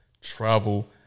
travel